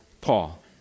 Paul